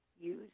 use